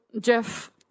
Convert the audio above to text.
Jeff